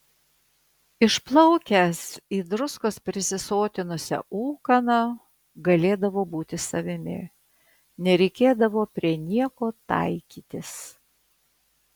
išplaukęs į druskos prisisotinusią ūkaną galėdavo būti savimi nereikėdavo prie nieko taikytis